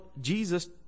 Jesus